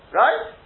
right